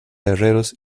herreros